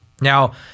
Now